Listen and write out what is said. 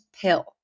pill